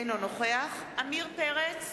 אינו נוכח עמיר פרץ,